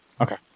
Okay